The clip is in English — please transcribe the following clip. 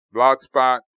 Blogspot